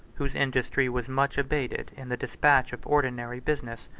whose industry was much abated in the despatch of ordinary business,